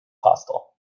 hostile